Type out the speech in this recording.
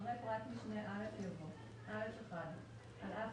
אחרי פרט משנה (א) יבוא: "(א1)על אף